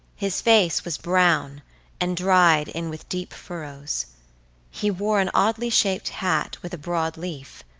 his face was brown and dried in with deep furrows he wore an oddly-shaped hat with a broad leaf.